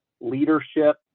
leadership